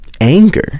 anger